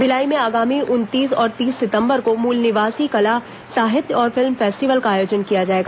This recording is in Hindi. भिलाई में आगामी उनतीस और तीस सितंबर को मूल निवासी कला साहित्य और फिल्म फेस्टिवल का आयोजन किया जाएगा